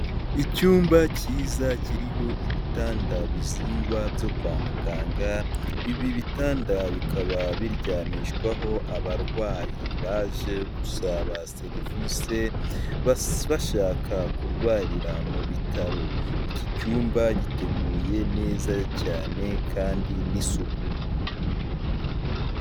Icyumba kiza kiriho ibitanda byiza byo kwa muganga ibi bitanda bikaba biryamishwaho abarwayi baje gusaba serivisi bashaka kurwarira mu bitaro, iki cyumba giteguye neza cyane kandi n'isuku.